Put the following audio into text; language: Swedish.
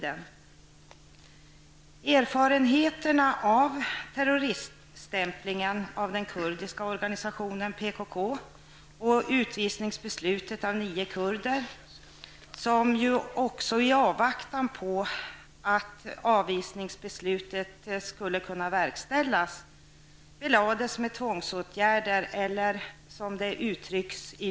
Erfarenheterna av terroriststämplingen av den kurdiska organisationen PKK och utvisningsbeslutet av nio kurder, som i avvaktan på att utvisningsbeslutet skulle kunna verkställas belades med tvångsåtgärder, har bidragit till att organisationsrekvisitet har tagits bort.